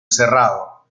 cerrado